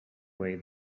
way